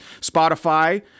spotify